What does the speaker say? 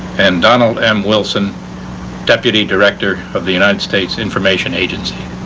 and donald m. wilson deputy director of the united states information agency.